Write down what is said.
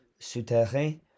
Souterrain